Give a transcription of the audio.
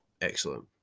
excellent